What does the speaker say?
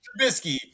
Trubisky